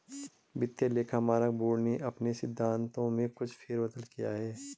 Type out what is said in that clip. वित्तीय लेखा मानक बोर्ड ने अपने सिद्धांतों में कुछ फेर बदल किया है